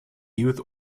youth